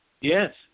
Yes